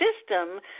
system